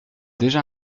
déjà